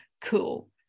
cool